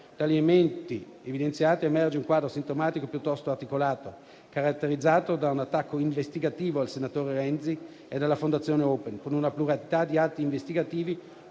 gli elementi evidenziati emerge un quadro sintomatico piuttosto articolato, caratterizzato da un attacco investigativo al senatore Renzi e alla Fondazione Open, con una pluralità di atti investigativi